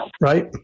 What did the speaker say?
right